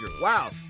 wow